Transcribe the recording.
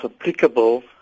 applicable